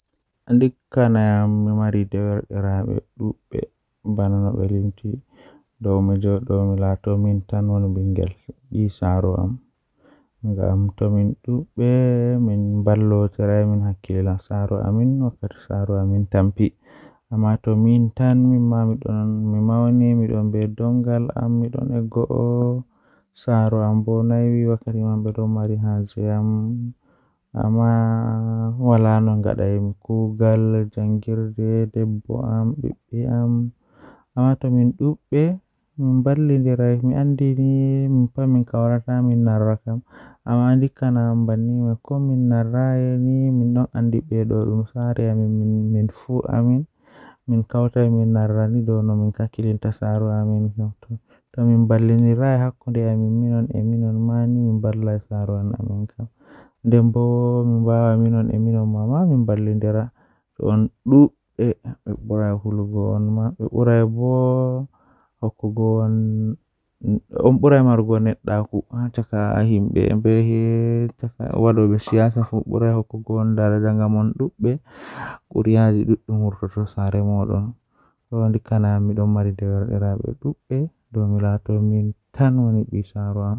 Jokkondir cuuraande water, sabu detergent, e vinegar walla baking soda. Njidi sabu walla vinegar nder ndiyam e fittaade sabu walla baking soda nder carpet ngal. Hokkondir ƴettude ngal e kuutorgol e siki e njidi. Jokkondir carpet ngal sabu kadi ndiyam so tawii sabu waawataa njiddaade walla dawwitde.